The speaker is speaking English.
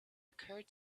occurred